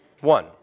One